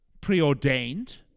preordained